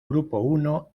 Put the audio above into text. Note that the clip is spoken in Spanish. grupo